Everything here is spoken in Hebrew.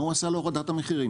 מה הוא עשה להורדת המחירים.